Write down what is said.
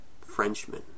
Frenchman